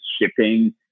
shipping